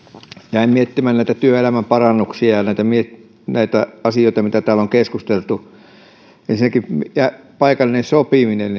jäin miettimään näitä työelämän parannuksia ja näitä asioita mistä täällä on keskusteltu paikallinen sopiminen